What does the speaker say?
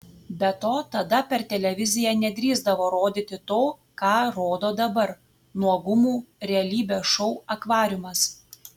be to tada per televiziją nedrįsdavo rodyti to ką rodo dabar nuogumų realybės šou akvariumas